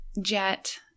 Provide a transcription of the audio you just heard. Jet